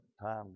Time